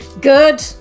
Good